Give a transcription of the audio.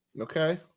Okay